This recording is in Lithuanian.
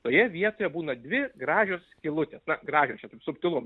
toje vietoje būna dvi gražios skylutės na gražios čia taip subtilu